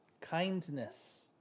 kindness